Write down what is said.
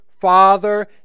father